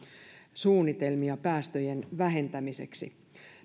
suunnitelmia päästöjen vähentämiseksi